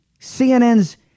CNN's